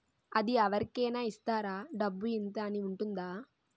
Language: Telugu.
అది అవరి కేనా ఇస్తారా? డబ్బు ఇంత అని ఉంటుందా?